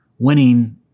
Winning